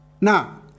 Now